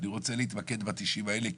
אני רוצה להתמקד ב-90 האלה,